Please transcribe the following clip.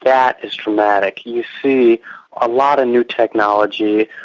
that is dramatic. you see a lot of new technology,